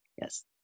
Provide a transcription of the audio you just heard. Yes